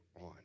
on